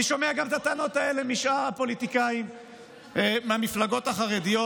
אני שומע את הטענות האלה גם משאר הפוליטיקאים מהמפלגות החרדיות,